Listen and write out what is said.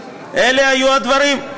אלה היו הדברים.